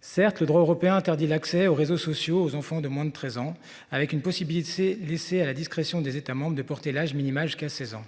Certes le droit européen, a interdit l'accès aux réseaux sociaux aux enfants de moins de 13 ans avec une possibilité laissée à la discrétion des États membres de porter l'âge minimal jusqu'à 16 ans.